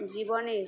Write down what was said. জীবনের